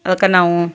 ಅದಕ್ಕೆ ನಾವು